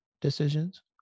decisions